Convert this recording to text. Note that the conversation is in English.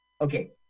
Okay